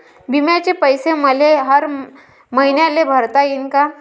बिम्याचे पैसे मले हर मईन्याले भरता येईन का?